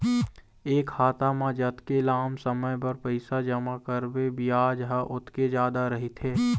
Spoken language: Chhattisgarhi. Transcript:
ए खाता म जतके लाम समे बर पइसा जमा करबे बियाज ह ओतके जादा रहिथे